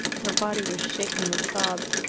her body was shaken with sobs,